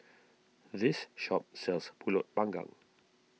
this shop sells Pulut Panggang